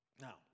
Now